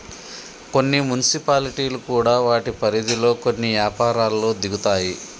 కొన్ని మున్సిపాలిటీలు కూడా వాటి పరిధిలో కొన్ని యపారాల్లో దిగుతాయి